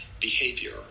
behavior